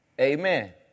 Amen